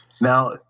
Now